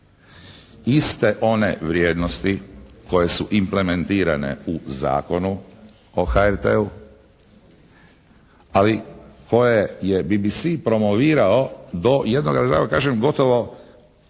Iste one vrijednosti koje su implementirane u Zakonu o HRT-u, ali koje je BBC promovirao do jednoga da tako kažem gotovo